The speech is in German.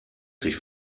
sich